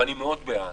ואני בעד,